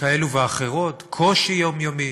כאלה ואחרות, קושי יומיומי.